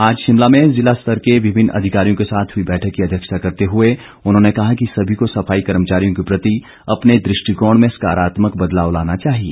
आज शिमला में जिला स्तर के विभिन्न अधिकारियों के साथ हुई बैठक की अध्यक्षता करते हुए उन्होंने कहा कि सभी को सफाई कर्मचारियों के प्रति अपने दुष्टिकोण में सकारात्मक बदलाव लाना चाहिए